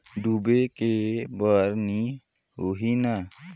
डूबे के बर नहीं होही न?